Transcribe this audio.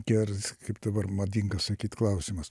geras kaip dabar madinga sakyt klausimas